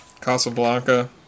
Casablanca